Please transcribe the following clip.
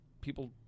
People